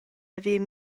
haver